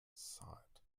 sighed